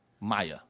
Maya